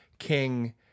King